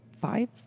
five